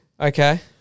Okay